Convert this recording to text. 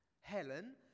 Helen